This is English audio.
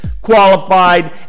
qualified